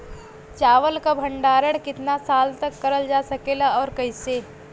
चावल क भण्डारण कितना साल तक करल जा सकेला और कइसे?